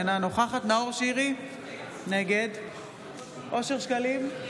אינה נוכחת נאור שירי, נגד אושר שקלים,